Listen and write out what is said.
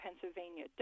Pennsylvania